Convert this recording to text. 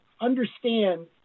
Understand